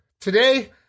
today